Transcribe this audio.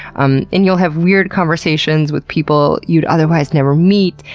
um and you'll have weird conversations with people you'd otherwise never meet,